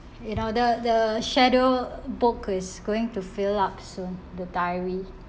you know the the schedule book is going to fill up soon the diary